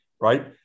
Right